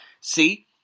See